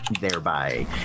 thereby